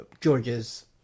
George's